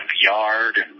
yard